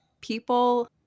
people